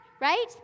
Right